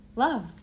love